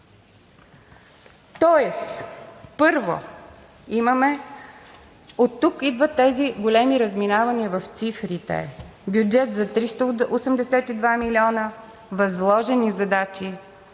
Тоест първо имаме – оттук идват тези големи разминавания в цифрите – бюджет за 382 милиона, възложени задачи